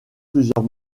plusieurs